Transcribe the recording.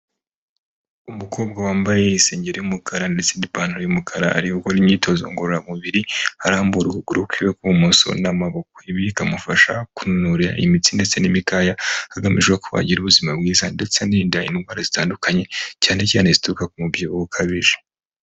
Umukobwa wambaye isengeri y'umukara ndetse n'ipantaro y'umukara ari gukora imyitozo ngororamubiri, arambura ukuguru kwiwe kw'ibumoso n'amaboko. Ibi bikamufasha kunanura imitsi ndetse n'imikaya, hagamijwe ko agira ubuzima bwiza ndetse anirinda indwara zitandukanye, cyane cyane izituruka ku mubyibuho ukabije.